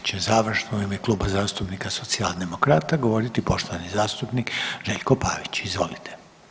Sljedeći će završno u ime Kluba zastupnika socijaldemokrata govoriti poštovani zastupnik Željko Pavić, izvolite.